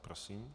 Prosím.